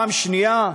והשנייה,